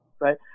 Right